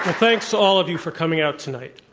thanks to all of you for coming out tonight.